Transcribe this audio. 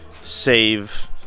save